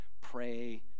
pray